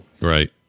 Right